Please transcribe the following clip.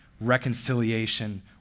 reconciliation